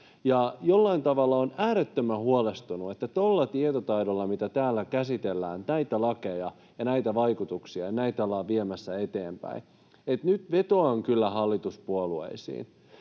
Jollain tavalla olen äärettömän huolestunut, että tuolla tietotaidolla, millä täällä käsitellään näitä lakeja ja näitä vaikutuksia, näitä ollaan viemässä eteenpäin — nyt vetoan kyllä hallituspuolueisiin,